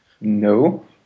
No